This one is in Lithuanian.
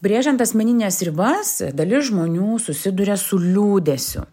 brėžiant asmenines ribas dalis žmonių susiduria su liūdesiu